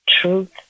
truth